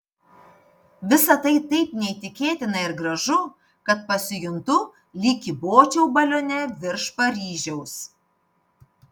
visa tai taip neįtikėtina ir gražu kad pasijuntu lyg kybočiau balione virš paryžiaus